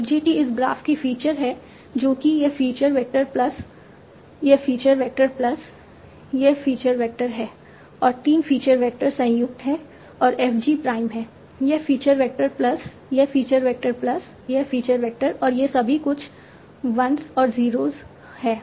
F G t इस graph की feature है जो कि यह फीचर वेक्टर प्लस यह फीचर वेक्टर प्लस यह फीचर वेक्टर है और 3 फीचर वैक्टर संयुक्त है और f G प्राइम है यह फीचर वेक्टर प्लस यह फीचर वेक्टर प्लस यह फीचर वेक्टर और ये सभी कुछ 1s और 0s हैं